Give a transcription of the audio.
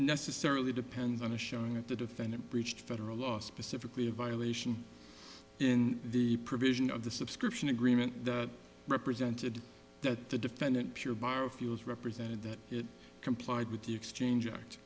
necessarily depends on a showing that the defendant breached federal law specifically a violation in the provision of the subscription agreement that represented that the defendant pure biofuels represented that it complied with the exchange act